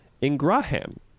Ingraham